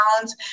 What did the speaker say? pounds